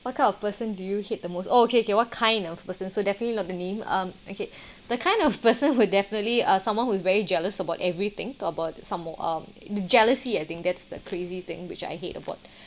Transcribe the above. what kind of person do you hate the most oh okay okay what kind of person so definitely not the name um okay the kind of person who definitely uh someone who's very jealous about everything about some more um the jealousy I think that's the crazy thing which I hate about